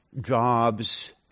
jobs